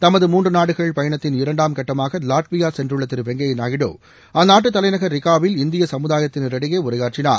தமது மூன்று நாடுகள் பயணத்தின் இரண்டாம் கட்டமாக லாட்வியா சென்றுள்ள திரு வெங்கய்ய நாயுடு அந்நாட்டு தலைநகர் ரிகாவில் இந்திய சமுதாயத்தினரிடையே உரையாற்றினார்